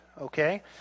Okay